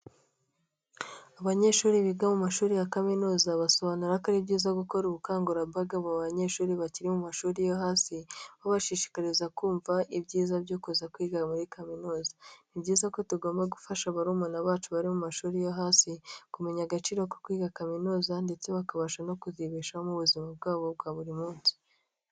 Abanyeshuri biga mu mashuri ya kaminuza basobanura ko ari byiza gukora ubukangurambaga mu banyeshuri bakiri mu mashuri yo hasi, babashishikariza kumva ibyiza byo kuza kwiga muri kaminuza. Ni byiza ko tugomba gufasha barumuna bacu bari mu mashuri yo hasi, kumenya agaciro ko kwiga kaminuza ndetse bakabasha no kuzibeshaho mu buzima bwabo bwa buri munsi.